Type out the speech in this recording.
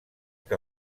que